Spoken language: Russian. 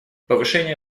повышение